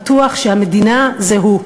בטוח שהמדינה זה הוא.